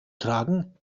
tragen